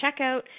checkout